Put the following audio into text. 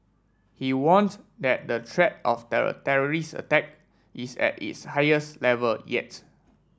he warned that the threat of a terrorist attack is at its highest level yet